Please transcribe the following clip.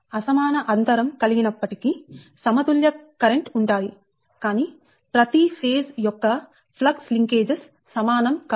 అసమాన అంతరం కలిగినప్పటికీ సమతుల్య కరెంట్ ఉంటాయి కానీ ప్రతి ఫేజ్ యొక్క ఫ్లక్స్ లింకేజెస్ సమానం కావు